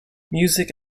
music